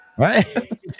Right